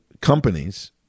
companies